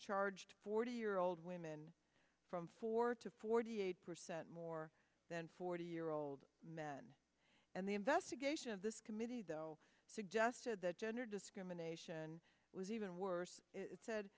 charged forty year old women from four to forty eight percent more than forty year old men and the investigation of this committee suggested that gender discrimination was even worse